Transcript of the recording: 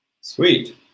Sweet